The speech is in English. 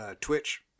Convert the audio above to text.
Twitch